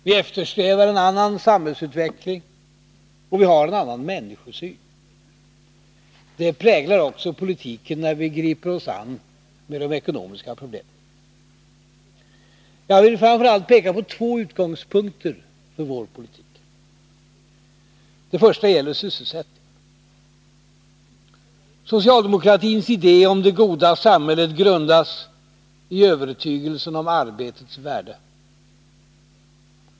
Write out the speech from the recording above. Vi eftersträvar en annan samhällsutveckling och vi har en annan människosyn. Detta präglar också politiken när vi griper oss an de ekonomiska problemen. Jag vill framför allt peka på två utgångspunkter för vår politik. Den första gäller sysselsättningen. Socialdemokratins idé om det goda samhället grundas i övertygelsen om arbetets värde.